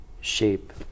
shape